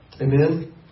Amen